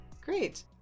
Great